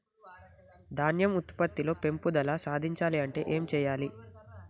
ధాన్యం ఉత్పత్తి లో పెంపుదల సాధించాలి అంటే ఏం చెయ్యాలి?